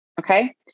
Okay